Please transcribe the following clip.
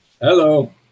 hello